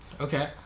Okay